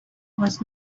was